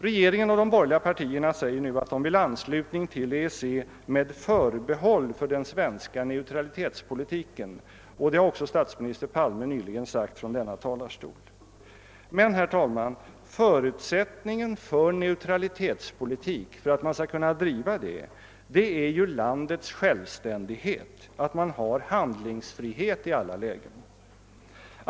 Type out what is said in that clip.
Regeringen och de borgerliga partierna säger att de vill anslutning till EEC »med förbehåll för den svenska neutralitetspolitiken« — statsminister Palme har nyss sagt det från denna talarstol. Men, herr talman, förutsättningen för att man skall kunna driva neutralitetspolitik är ju landets självständighet — att man har handlingsfrihet i alla lägen.